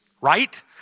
right